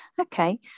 okay